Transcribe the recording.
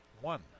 One